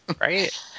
Right